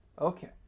Okay